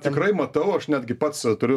tikrai matau aš netgi pats turiu